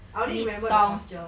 I only remember the torture